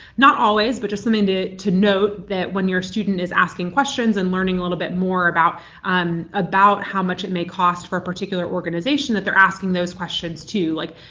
not always, but just and something to note that when your student is asking questions and learning a little bit more about um about how much it may cost for a particular organization, that they're asking those questions too. like,